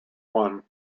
one